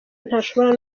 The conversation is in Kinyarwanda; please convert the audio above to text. ntashobora